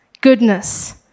goodness